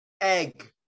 Egg